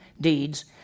deeds